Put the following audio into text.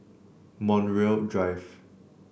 Montreal Drive